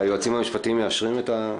היועצים המשפטיים מאשרים את זה?